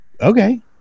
okay